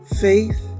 Faith